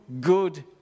good